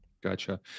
gotcha